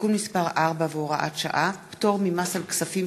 (תיקון מס' 4 והוראת שעה) (פטור ממס על כספים